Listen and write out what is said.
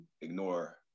ignore